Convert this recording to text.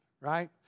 right